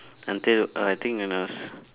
until uh think when I was